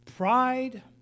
Pride